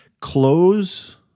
close